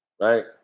Right